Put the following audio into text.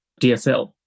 DSL